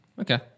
Okay